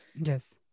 yes